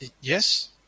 yes